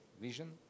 vision